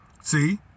See